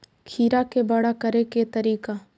खीरा के बड़ा करे के तरीका?